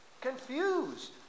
confused